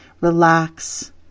Relax